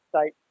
state